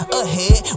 ahead